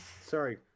sorry